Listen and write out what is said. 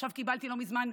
עכשיו קיבלתי, לא מזמן,